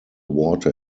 water